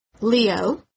Leo